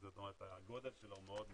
זאת אומרת שהגודל שלו מאוד מוגבל,